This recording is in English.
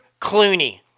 clooney